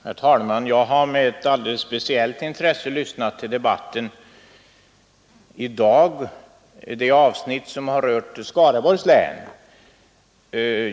Herr talman! Jag har med ett alldeles speciellt intresse lyssnat till det avsnitt av debatten i dag som berört Skaraborgs län.